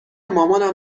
مامانم